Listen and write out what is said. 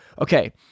okay